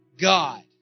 God